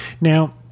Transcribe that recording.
Now